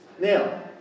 Now